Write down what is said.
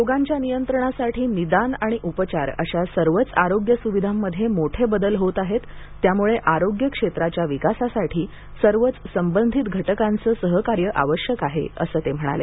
रोगांच्या नियंत्रणासाठी निदान आणि उपचार अशा सर्वच आरोग्य सुविधांमध्ये मोठे बदल होत आहेत त्यामुळे आरोग्य क्षेत्राच्या विकासासाठी सर्वच संबंधित घटकांचं सहकार्य आवश्यक आहे असं ते म्हणाले